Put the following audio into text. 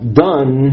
done